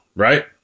Right